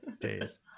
days